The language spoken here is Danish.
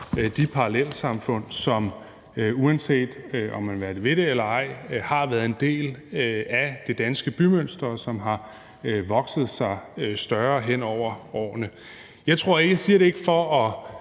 de parallelsamfund, som, uanset om man vil være ved det eller ej, har været en del af det danske bymønster, som har vokset sig større hen over årene. Jeg siger det ikke for at